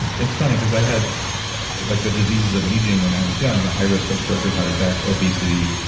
and it's funny because i had like the diseases of aging when i was young, the high risk of stroke and heart attack, obesity,